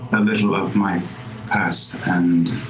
and little of my past and